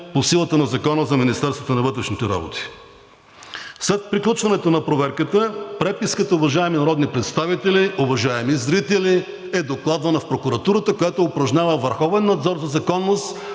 по силата на Закона за Министерството на вътрешните работи. След приключването на проверката преписката, уважаеми народни представители, уважаеми зрители, е докладвана в прокуратурата, която упражнява върховен надзор за законност